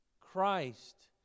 Christ